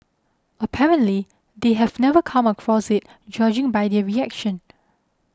apparently they have never come across it judging by their reaction